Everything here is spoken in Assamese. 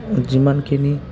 যিমানখিনি